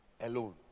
alone